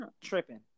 Tripping